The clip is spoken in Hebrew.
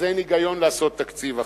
אז אין היגיון לעשות תקציב אחר.